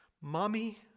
Mommy